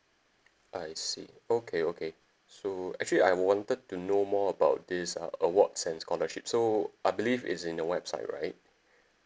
I see okay okay so actually I wanted to know more about this uh awards and scholarship so I believe it's in the website right